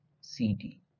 cd